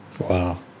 Wow